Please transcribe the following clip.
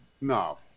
No